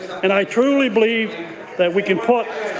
and i truly believe that we can put